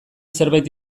zerbait